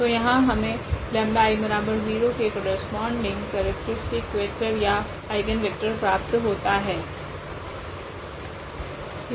तो यहाँ हमे 𝜆10 के करस्पोंडिंग केरेक्ट्रीस्टिक वेक्टर या आइगनवेक्टर प्राप्त होता है